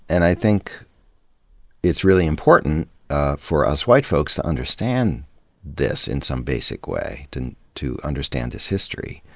and i think it's really important for us white folks to understand this in some basic way, to and to understand this history.